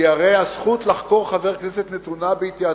כי הרי הזכות לחקור חבר כנסת נתונה להתייעצות,